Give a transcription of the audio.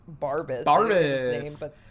Barbus